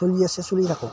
চলি আছে চলি থাকক